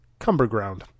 Cumberground